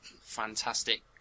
fantastic